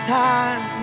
time